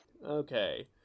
Okay